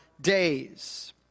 days